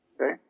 Okay